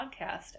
podcast